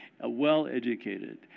well-educated